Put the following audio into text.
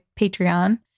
Patreon